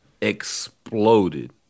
Exploded